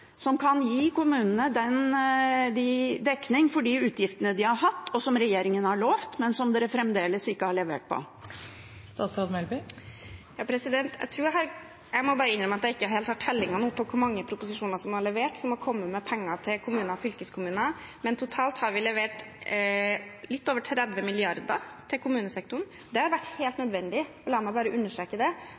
som kan gi kommunene dekning for de utgiftene de har hatt, og som regjeringen har lovt, men fremdeles ikke har levert på? Jeg må bare innrømme at jeg ikke helt har tellingen på hvor mange proposisjoner som er levert, der man kommer med penger til kommuner og fylkeskommuner, men totalt har vi levert litt over 30 mrd. kr til kommunesektoren. Det har vært helt nødvendig – la meg bare understreke det.